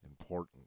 important